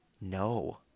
No